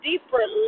deeper